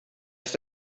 ist